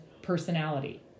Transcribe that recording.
personality